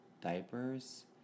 diapers